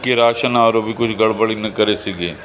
कि राशन वारो बि कुझु गड़बड़ी न करे सघे